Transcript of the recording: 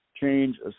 change